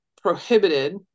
prohibited